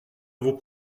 vos